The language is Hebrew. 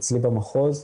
אצלי במחוז.